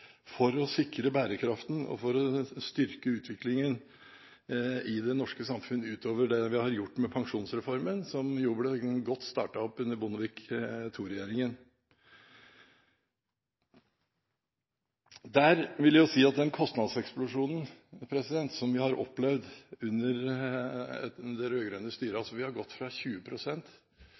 for å sikre bærekraften og for å styrke utviklingen i det norske samfunn ut over det vi har gjort med pensjonsreformen, som jo ble godt startet opp under Bondevik II-regjeringen. Vi har opplevd en kostnadseksplosjon under det rød-grønne styret. Vi har gått fra